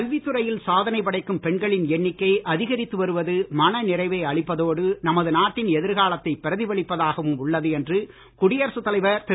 கல்வி துறையில் சாதனை படைக்கும் பெண்களின் எண்ணிக்கை அதிகரித்து வருவது மன நிறைவை அளிப்பதோடு நமது நாட்டின் எதிர்காலத்தை பிரதிபலிப்பதாகவும் உள்ளது என்று குடியரசு தலைவர் திரு